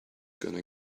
gonna